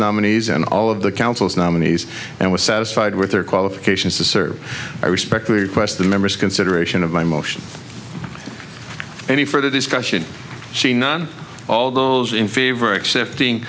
nominees and all of the council's nominees and was satisfied with their qualifications to serve i respect we request the members consideration of my motion any further discussion she none all those in favor accepting